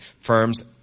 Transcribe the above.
firms